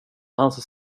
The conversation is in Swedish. hans